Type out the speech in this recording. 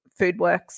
FoodWorks